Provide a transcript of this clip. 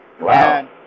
Wow